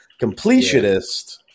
completionist